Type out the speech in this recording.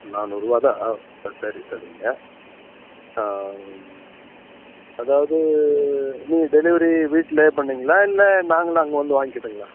நானூறுபா தான் ஆ சரி சரிங்க அதாவது நீங்கள் டெலிவரி வீட்டிலயே பண்ணுவிங்களா இல்லை நாங்களாக அங்கே வந்து வாங்கிக்கிட்டங்களா